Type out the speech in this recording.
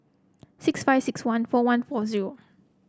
six five six one four one four zero